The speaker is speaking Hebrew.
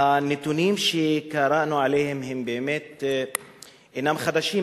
הנתונים שקראנו עליהם באמת אינם חדשים,